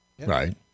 Right